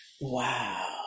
Wow